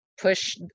push